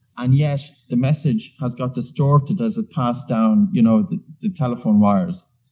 and yet the message has got distorted as it passed down you know the the telephone wires.